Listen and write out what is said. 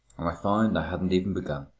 and i found i hadn't even begun.